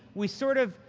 we sort of.